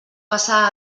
passa